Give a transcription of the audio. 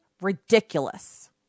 ridiculous